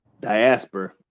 diaspora